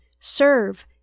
Serve